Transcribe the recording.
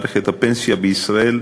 מערכת הפנסיה בישראל,